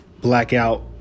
blackout